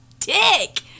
Dick